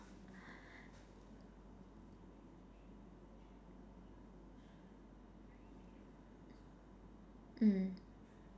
mm